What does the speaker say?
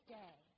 day